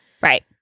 Right